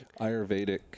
Ayurvedic